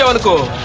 ah the goal